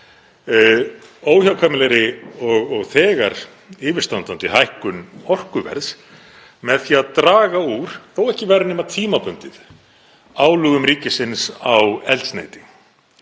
óhjákvæmilegri og þegar yfirstandandi hækkun orkuverðs með því að draga úr, þó ekki væri nema tímabundið, álögum ríkisins á eldsneyti.